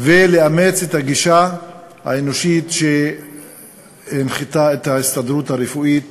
ולאמץ את הגישה האנושית שהנחתה את ההסתדרות הרפואית